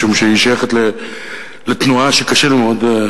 משום שהיא שייכת לתנועה שקשה לי מאוד,